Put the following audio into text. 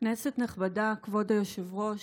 כנסת נכבדה, כבוד היושב-ראש,